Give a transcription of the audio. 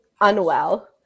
unwell